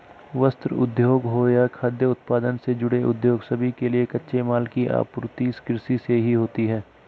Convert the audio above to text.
वस्त्र उद्योग हो या खाद्य उत्पादन से जुड़े उद्योग सभी के लिए कच्चे माल की आपूर्ति कृषि से ही होती है